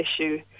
issue